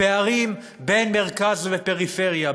הפערים בין מרכז לפריפריה,